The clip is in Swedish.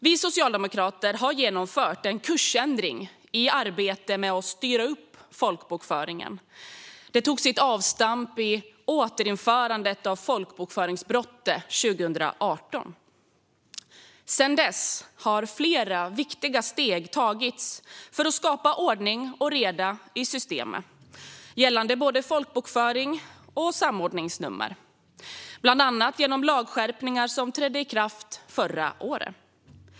Vi socialdemokrater har genomfört en kursändring i arbetet med att styra upp folkbokföringen. Detta tog sitt avstamp i återinförandet av folkbokföringsbrottet 2018. Sedan dess har flera viktiga steg tagits för att skapa ordning och reda i systemet gällande både folkbokföring och samordningsnummer, bland annat genom lagskärpningar som trädde i kraft förra året.